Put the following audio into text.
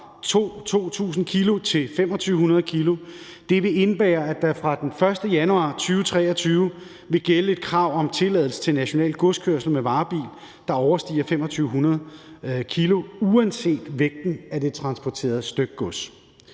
2.000 kg til 2.500 kg. Det vil indebære, at der fra den 1. januar 2023 vil gælde et krav om tilladelse til national godskørsel med varebil, der overstiger 2.500 kg, uanset vægten af det transporterede stykgods.